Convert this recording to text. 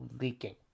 leaking